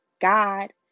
god